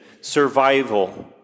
survival